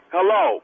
Hello